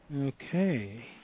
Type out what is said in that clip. Okay